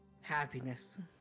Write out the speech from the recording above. ...happiness